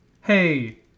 hey